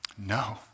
No